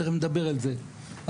תיכף נדבר על זה,